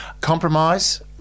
Compromise